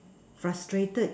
frustrated